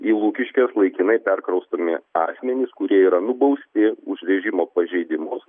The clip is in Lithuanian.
į lukiškes laikinai perkraustomi asmenys kurie yra nubausti už režimo pažeidimus